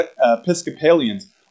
Episcopalians